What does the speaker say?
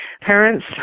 Parents